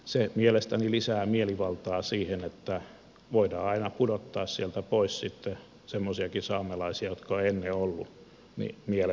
se mielestäni lisää mielivaltaa siihen että voidaan aina mielen mukaan pudottaa sieltä pois sitten semmoisiakin saamelaisia jotka ovat ennen olleet siellä